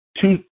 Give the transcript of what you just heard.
two